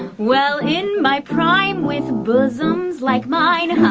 well in my prime with bosoms like mine i